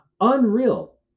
unreal